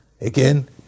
Again